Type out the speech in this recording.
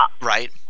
Right